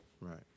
Right